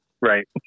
right